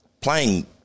playing